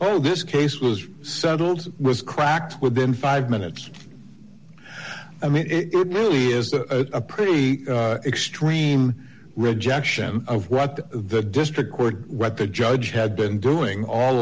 oh this case was settled was cracked within five minutes i mean it is a pretty extreme rejection of what the district court what the judge had been doing all